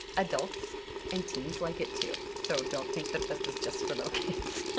adults and teens like it too, so don't think that this is just for little kids.